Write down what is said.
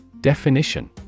Definition